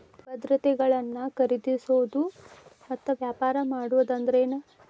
ಭದ್ರತೆಗಳನ್ನ ಖರೇದಿಸೋದು ಮತ್ತ ವ್ಯಾಪಾರ ಮಾಡೋದ್ ಅಂದ್ರೆನ